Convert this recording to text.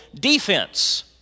defense